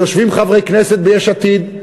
יושבים חברי כנסת ביש עתיד,